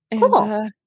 Cool